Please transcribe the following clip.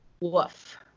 Woof